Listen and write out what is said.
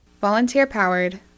Volunteer-powered